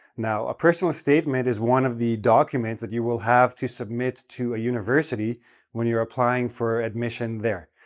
now, a personal statement is one of the documents that you will have to submit to a university when you're applying for admission there.